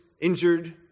injured